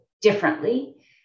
differently